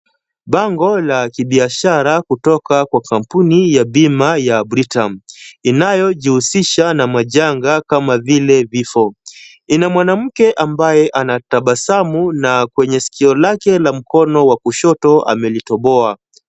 Bango la kibiashara kutoka kwa kampuni ya bima ya Britam, inayojihusisha na majanga kama vile vifo. Ina mwanamke ambaye anatabasamu na kwenye skio lake la mkono wa kushoto amelitoboa.